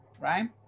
right